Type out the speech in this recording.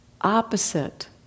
opposite